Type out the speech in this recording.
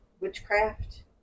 witchcraft